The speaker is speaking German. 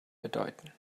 bedeuten